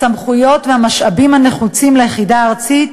הסמכויות והמשאבים הנחוצים ליחידה הארצית